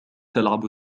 تلعب